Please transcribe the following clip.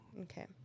Okay